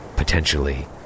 potentially